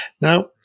Now